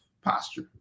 posture